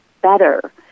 better